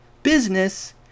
business